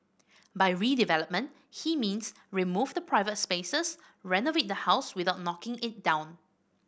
by redevelopment he means remove the private spaces renovate the house without knocking it down